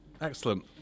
Excellent